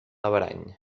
averany